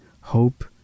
hope